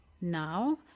Now